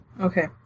Okay